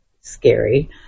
Scary